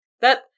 That-